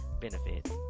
benefit